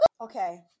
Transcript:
Okay